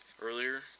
earlier